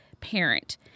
parent